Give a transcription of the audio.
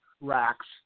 racks